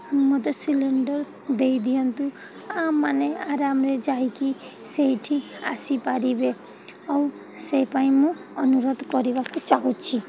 ମୋତେ ସିଲିଣ୍ଡର୍ ଦେଇଦିଅନ୍ତୁ ଆମେମାନେ ଆରାମରେ ଯାଇକି ସେଇଠି ଆସିପାରିବେ ଆଉ ସେଇପାଇଁ ମୁଁ ଅନୁରୋଧ କରିବାକୁ ଚାହୁଁଛି